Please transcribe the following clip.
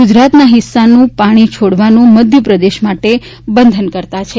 ગુજરાતના હિસ્સાનું પાણી છોડવાનું મધ્યપ્રદેશ માટે બંધનકર્તા છે